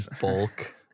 Bulk